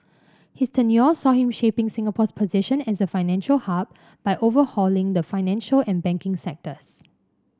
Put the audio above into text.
his tenure saw him shaping Singapore's position as a financial hub by overhauling the financial and banking sectors